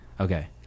okay